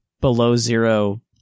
below-zero